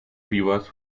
rivas